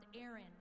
Aaron